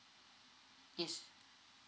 yes